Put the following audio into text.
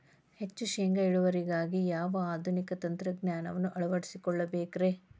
ಹೆಚ್ಚು ಶೇಂಗಾ ಇಳುವರಿಗಾಗಿ ಯಾವ ಆಧುನಿಕ ತಂತ್ರಜ್ಞಾನವನ್ನ ಅಳವಡಿಸಿಕೊಳ್ಳಬೇಕರೇ?